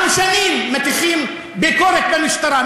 אנחנו שנים מטיחים ביקורת במשטרה.